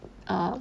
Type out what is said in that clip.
err